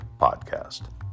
Podcast